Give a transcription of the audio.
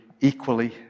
equally